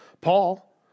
Paul